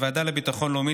בוועדה לביקורת המדינה,